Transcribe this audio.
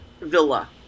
villa